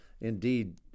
indeed